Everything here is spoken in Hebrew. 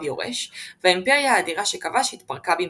יורש והאימפריה האדירה שכבש התפרקה במהרה.